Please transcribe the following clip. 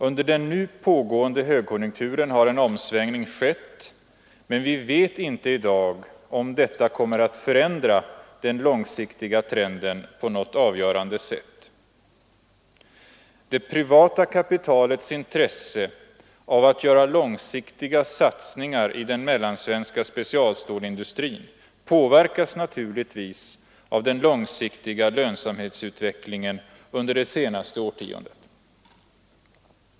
Under den nu pågående högkonjunkturen Har en omsvängning skett, men vi vet inte i dag om detta kommer att förändra den långsiktiga trenden på något avgörande sätt. Det privata kapitalets intresse av att göra långsiktiga satsningar i den mellansvenska specialstålindustrin påverkas naturligvis av den långsiktiga lönsamhetsutvecklingen under det senaste årtiondet.